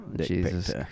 Jesus